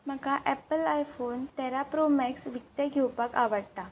म्हाका Apple iPhone तेरा Pro Max विकते घेवपाक आवडटा